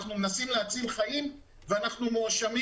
אנחנו מנסים להציל חיים ואנחנו מואשמים